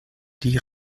die